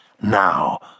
Now